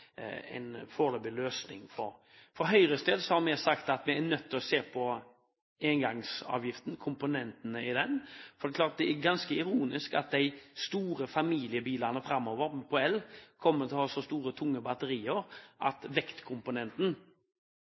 en foreløpig løsning for. For Høyres del har vi sagt at vi er nødt til å se på komponentene i engangsavgiften. For det er klart at det er ganske ironisk at de store elbilene for familier kommer til å ha så store, tunge batterier at vektkomponenten